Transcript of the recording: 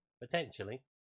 potentially